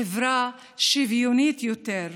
חברה שוויונית יותר.